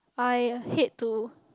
I hate to